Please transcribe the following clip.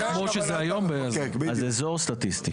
אז אזור סטטיסטי.